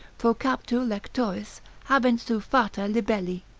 pro captu lectoris habent sua fata libelli.